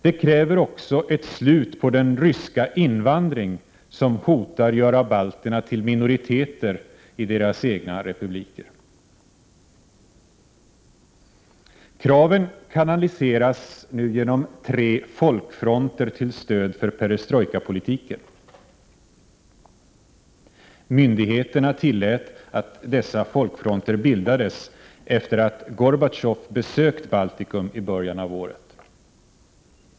De kräver också ett slut på den ryska invandring som hotar göra balterna till minoriteter i deras egna republiker. Kraven kanaliseras nu genom tre s.k. folkfronter till stöd för perestrojkapolitiken. Myndigheterna tillät att dessa bildades efter att Gorbatjov besökt Baltikum i början av året.